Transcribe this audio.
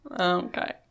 okay